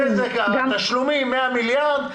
100 מיליון תשלומים,